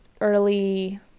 early